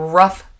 rough